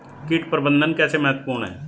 कीट प्रबंधन कैसे महत्वपूर्ण है?